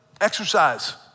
exercise